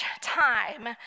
time